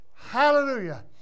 Hallelujah